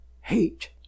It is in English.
Hate